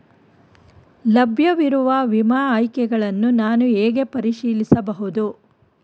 ಲಭ್ಯವಿರುವ ವಿಮಾ ಆಯ್ಕೆಗಳನ್ನು ನಾನು ಹೇಗೆ ಪರಿಶೀಲಿಸಬಹುದು?